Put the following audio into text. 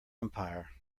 empire